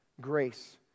grace